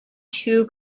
two